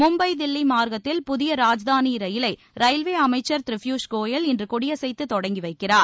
மும்பை தில்லி மார்க்கத்தில் புதிய ராஜ்தானி ரயிலை ரயில்வே அமைச்சர் திரு பியூஷ் கோயல் இன்று கொடியசைத்து தொடங்கி வைக்கிறார்